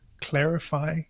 clarify